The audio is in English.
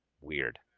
weird